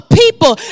people